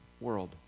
world